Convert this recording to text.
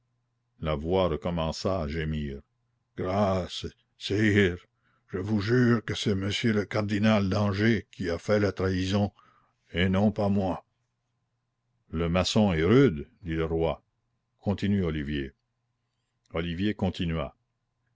la voix recommença à gémir grâce sire je vous jure que c'est monsieur le cardinal d'angers qui a fait la trahison et non pas moi le maçon est rude dit le roi continue olivier olivier continua